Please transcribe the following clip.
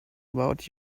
about